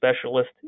specialist